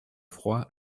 froid